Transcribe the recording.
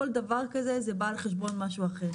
כל דבר כזה זה בא על חשבון משהו אחר.